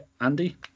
Andy